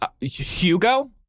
Hugo